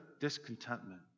discontentment